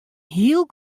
heel